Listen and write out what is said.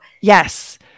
yes